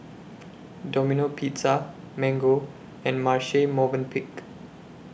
Domino Pizza Mango and Marche Movenpick